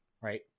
right